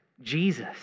Jesus